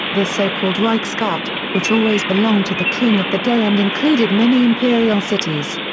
the so-called reichsgut, which always belonged to the king of the day and included many imperial cities.